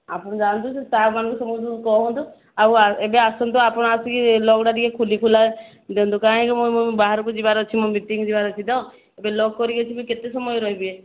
ଆପଣ ଯାଆନ୍ତୁ ସେ ଷ୍ଟାଫ୍ମାନଙ୍କୁ ସମସ୍ତଙ୍କୁ କୁହନ୍ତୁ ଆଉ ଏବେ ଆସନ୍ତୁ ଆପଣ ଆସିକି ଲକ୍ଟା ଟିକିଏ ଖୋଲି ଖୋଲା ଦିଅନ୍ତୁ କାହିଁକି ମୁଁ ବାହାରକୁ ଯିବାର ଅଛି ମୋ ମିଟିଙ୍ଗ୍ ଯିବାର ଅଛି ତ ଏବେ ଲକ୍ କରିକି ଯିବେ କେତେ ସମୟ ରହିବି